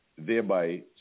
thereby